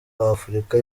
w’afurika